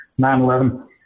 9-11